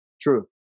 True